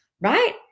right